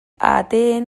ahateen